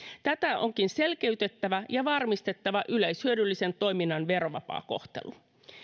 tätä onkin selkeytettävä ja varmistettava yleishyödyllisen toiminnan verovapaa kohtelu